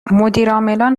مدیرعاملان